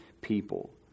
people